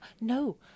no